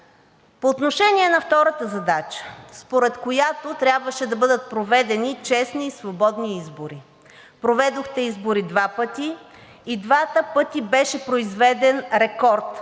По отношение на втората задача, според която трябваше да бъдат проведени честни и свободни избори. Проведохте избори два пъти и двата пъти беше произведен рекорд